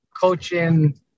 coaching